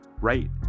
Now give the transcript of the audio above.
right